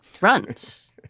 runs